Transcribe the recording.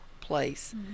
place